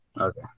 Okay